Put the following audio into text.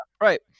Right